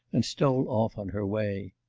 and stole off on her way.